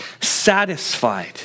satisfied